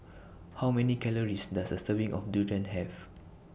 How Many Calories Does A Serving of Durian Have